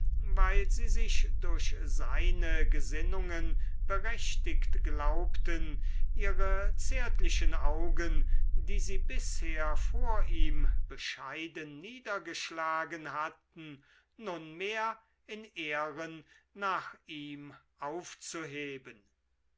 weil sie sich durch seine gesinnungen berechtigt glaubten ihre zärtlichen augen die sie bisher vor ihm bescheiden niedergeschlagen hatten nunmehr in ehren nach ihm aufzuheben